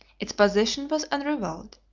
its position was unrivalled.